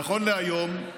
נכון להיום,